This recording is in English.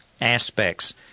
aspects